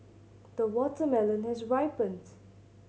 the watermelon has ripened